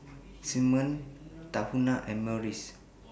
Simmons Tahuna and Morries